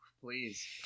please